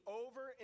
over